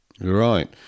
Right